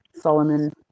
Solomon